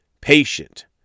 Patient